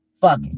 Fuck